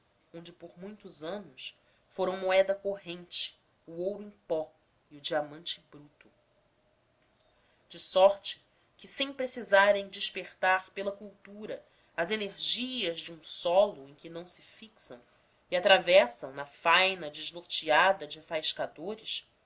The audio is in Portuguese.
onde por muitos anos foram moeda corrente o ouro em pó e o diamante bruto de sorte que sem precisarem despertar pela cultura as energias de um solo em que não se fixam e atravessam na faina desnorteada de